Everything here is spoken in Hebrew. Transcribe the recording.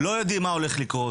לא יודעים מה הולך לקרות.